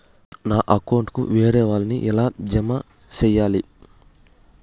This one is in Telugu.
నా అకౌంట్ కు వేరే వాళ్ళ ని ఎలా జామ సేయాలి?